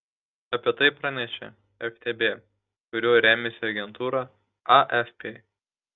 apie tai pranešė ftb kuriuo remiasi agentūra afp